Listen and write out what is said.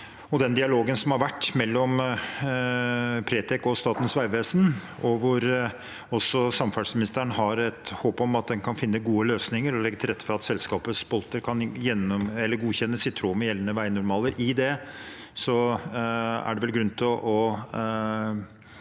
og den dialogen som har vært mellom Pretec og Statens vegvesen, hvor også samferdselsministeren har et håp om at en kan finne gode løsninger og legge til rette for at selskapets bolter kan godkjennes i tråd med gjeldende veinormaler. I det er det vel grunn til å